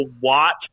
watch